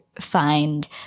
find